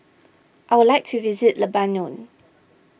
I would like to visit Lebanon